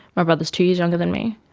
my brother is two years younger than me.